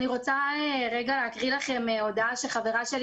אני רוצה להקריא לכם הודעה שחברה שלי,